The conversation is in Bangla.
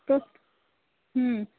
তো হুম